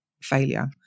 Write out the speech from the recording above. failure